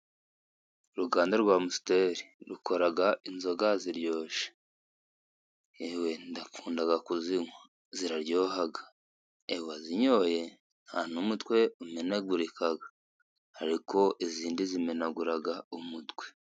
Uruganda rwa Amusiteri rukora inzoga ziryoshye. Yewe nkunda kuzinywa ziraryoha. Uwazinyoye nta n'umutwe umenagurika. Ariko izindi zimenagura umutwe.